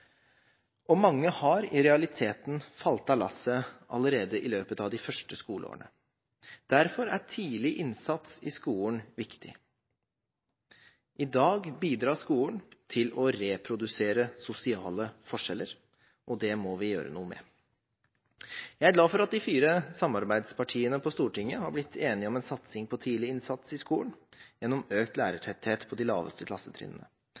og skrive skikkelig, og mange har i realiteten falt av lasset allerede i løpet av de første skoleårene. Derfor er tidlig innsats i skolen viktig. I dag bidrar skolen til å reprodusere sosiale forskjeller, og det må vi gjøre noe med. Jeg er glad for at de fire samarbeidspartiene på Stortinget har blitt enige om en satsing på tidlig innsats i skolen gjennom økt lærertetthet på de laveste klassetrinnene.